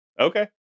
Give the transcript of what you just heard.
Okay